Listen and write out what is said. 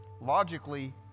Logically